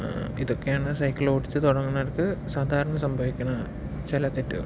ഇതൊക്കെയാണ് സൈക്കിൾ ഓടിച്ച് തുടങ്ങുന്നവർക്ക് സാധാരണ സംഭവിയ്ക്കുന്ന ചില തെറ്റുകൾ